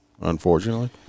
unfortunately